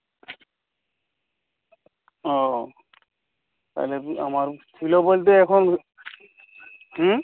ও তাহলে আমার ছিলো বলতে এখন হুম